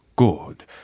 Good